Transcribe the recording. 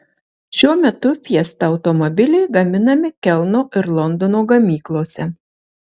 šiuo metu fiesta automobiliai gaminami kelno ir londono gamyklose